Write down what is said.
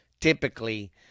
typically